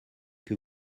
que